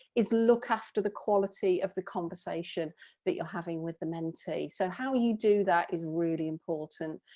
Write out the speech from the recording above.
is look after the quality of the conversation that you're having with the mentee, so how you do that is really important.